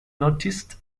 noticed